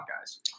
guys